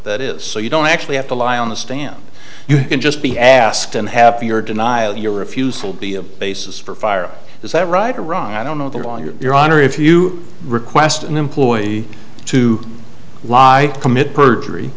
that is so you don't actually have to lie on the stand you can just be asked and have your denial your refusal be a basis for fire is that right or wrong i don't know the lawyer your honor if you request an employee to lie commit perjury